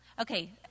Okay